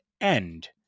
end